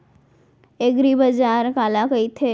एगरीबाजार काला कहिथे?